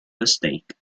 mistake